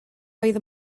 oedd